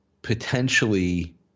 potentially